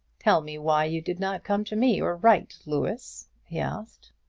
tell me why you did not come to me or write, louis? he asked.